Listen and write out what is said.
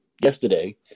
yesterday